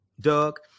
doug